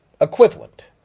equivalent